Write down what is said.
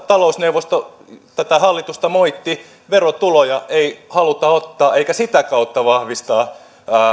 talousneuvosto tätä hallitusta moitti verotuloja ei haluta ottaa eikä sitä kautta vahvistaa